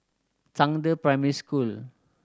Zhangde Primary School